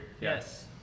Yes